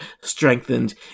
strengthened